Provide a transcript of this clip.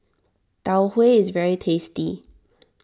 Tau Huay is very tasty